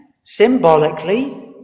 symbolically